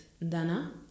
Dana